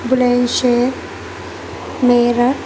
بلند شہر میرٹھ